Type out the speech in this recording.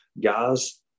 guys